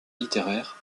littéraire